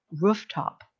rooftop